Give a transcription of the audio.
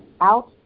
out